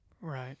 Right